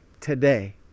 today